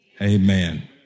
amen